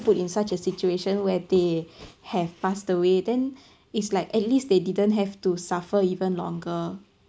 put in such a situation where they have passed away then it's like at least they didn't have to suffer even longer